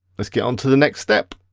let's get on to the next step.